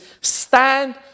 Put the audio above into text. stand